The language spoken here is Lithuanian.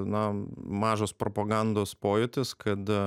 na mažas propagandos pojūtis kad